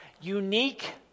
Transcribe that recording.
unique